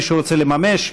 מישהו רוצה לממש?